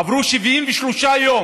עברו 73 יום,